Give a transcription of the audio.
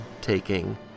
taking